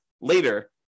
later